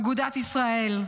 אגודת ישראל.